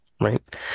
right